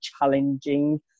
challenging